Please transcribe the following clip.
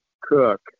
cook